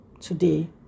today